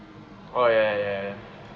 oh ya ya ya ya